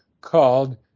called